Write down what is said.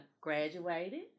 graduated